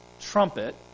trumpet